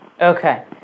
Okay